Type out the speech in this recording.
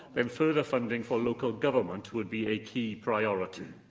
then further funding for local government would be a key priority.